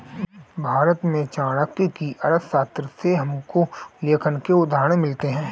भारत में चाणक्य की अर्थशास्त्र से हमको लेखांकन के उदाहरण मिलते हैं